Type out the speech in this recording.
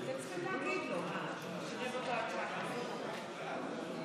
ההסתייגות (10) של קבוצת סיעת הרשימה המשותפת לסעיף 2 לא